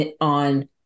on